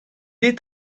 est